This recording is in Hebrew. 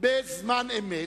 בזמן אמת,